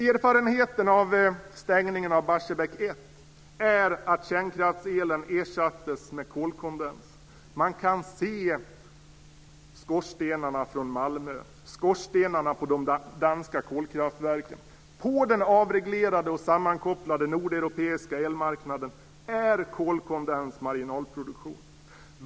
Erfarenheten av stängningen av Barsebäck 1 är att kärnkraftselen ersattes med kolkondens. Man kan se skorstenarna på de danska kolkraftverken från Malmö. På den avreglerade och sammankopplade nordeuropeiska elmarknaden är kolkondens marginalproduktion.